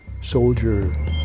soldier